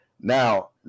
Now